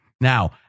Now